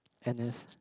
N_S